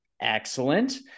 Excellent